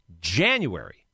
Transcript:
January